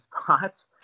spots